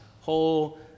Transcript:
whole